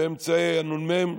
לאמצעי הנ"מ,